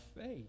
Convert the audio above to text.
faith